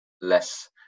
less